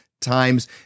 times